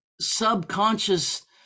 subconscious